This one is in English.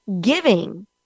giving